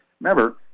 Remember